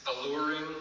alluring